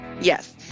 Yes